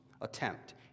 attempt